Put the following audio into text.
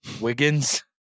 Wiggins